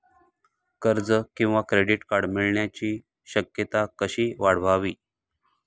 कर्ज किंवा credit card मिळण्याची शक्यता कशी वाढवावी?